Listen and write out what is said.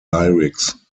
lyrics